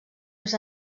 més